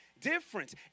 difference